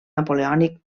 napoleònic